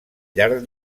llarg